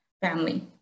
family